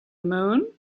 moon